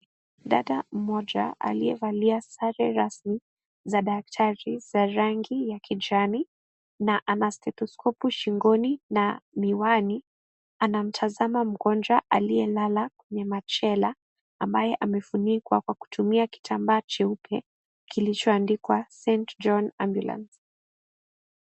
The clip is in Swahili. Dada mmoja aliyevalia sare rasmi za daktari za rangi ya kijani, na ana stethoscope shingoni na miwani, anamtazama mgonjwa aliyelala kwenye machela ambaye amefunikwa kwa kutumia kitambaa cheupe kilichoandikwa St John Ambulance.